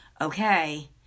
okay